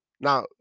Now